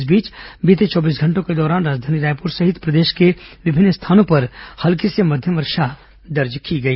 इस बीच बीते चौबीस घंटों के दौरान राजधानी रायपुर सहित प्रदेश के विभिन्न स्थानों पर हल्की से मध्यम वर्षा दर्ज की गई